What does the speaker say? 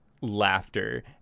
laughter